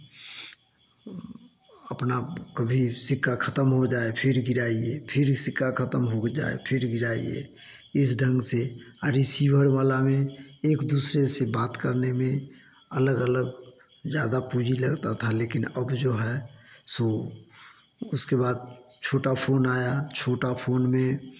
अपना कभी सिक्का ख़त्म हो जाए फिर गिराइए फिर सिक्का ख़त्म हो जाए फिर गिराइए इस ढंग से आ रिसिभर वाला में एक दूसरे से बात करने में अलग अलग ज़्यादा पूँजी लगता था लेकिन अब जो है सो उसके बाद छोटा फोन आया छोटा फोन में